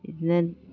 बिदिनो